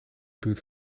buurt